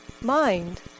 mind